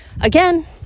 again